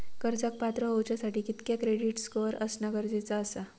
कर्जाक पात्र होवच्यासाठी कितक्या क्रेडिट स्कोअर असणा गरजेचा आसा?